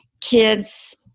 kids